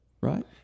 Right